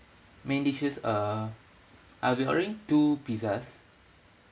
main dishes uh I'll be ordering two pizzas